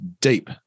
deep